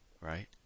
right